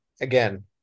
again